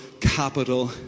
capital